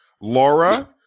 Laura